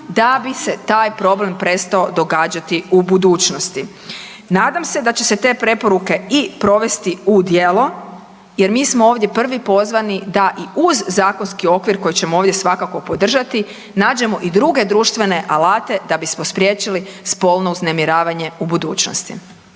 da bi se taj problem prestao događati u budućnosti. Nadam se da će se te preporuke i provesti u djelo, jer mi smo ovdje prvi pozvani da i uz zakonski okvir koji ćemo ovdje svakako podržati nađemo i druge društvene alate da bismo spriječili spolno uznemiravanje u budućnosti.